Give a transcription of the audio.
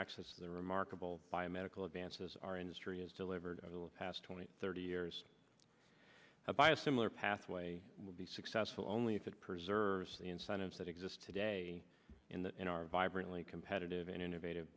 access for the remarkable by medical advances our industry has delivered over the past twenty thirty years by a similar pathway will be successful only if it preserves the incentives that exist today in the in our vibrantly competitive and innovative